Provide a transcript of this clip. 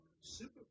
super